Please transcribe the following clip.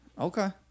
okay